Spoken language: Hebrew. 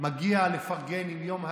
מגיע לפרגן עם יום האם,